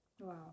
wow